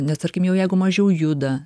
nes tarkim jau jeigu mažiau juda